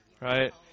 right